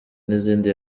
n’izindi